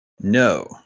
No